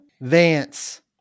Vance